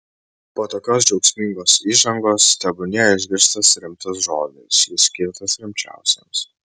po tokios džiaugsmingos įžangos tebūnie išgirstas rimtas žodis jis skirtas rimčiausiems